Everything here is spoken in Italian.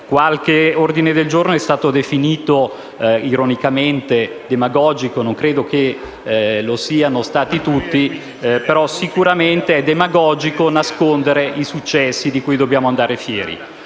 Qualche ordine del giorno è stato definito ironicamente demagogico; non credo che lo siano stati tutti, ma sicuramente è demagogico nascondere i successi di cui dobbiamo andare fieri.